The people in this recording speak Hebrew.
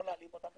לא להלאים אותם,